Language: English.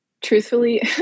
truthfully